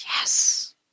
Yes